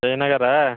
ಜಯ ನಗರ